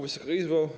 Wysoka Izbo!